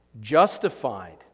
Justified